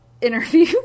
interview